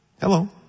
hello